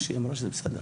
מה שהיא אמרה, שזה בסדר.